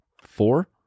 Four